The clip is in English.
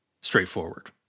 straightforward